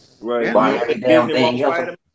Right